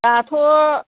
दाथ'